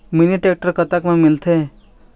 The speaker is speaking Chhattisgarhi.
मिनी टेक्टर कतक म मिलथे?